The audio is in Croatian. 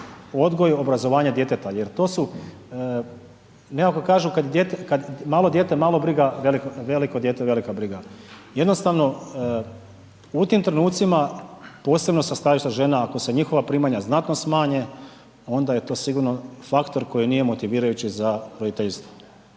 odgoj i obrazovanje djeteta jer to su, neki kažu malo dijete mala briga, veliko dijete velika briga, jednostavno u tim trenucima, posebno sa stajališta žena, ako se njihova primanja znatno smanje onda je to sigurno faktor koji nije motivirajući za roditeljstvo,